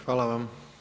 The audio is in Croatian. Hvala vam.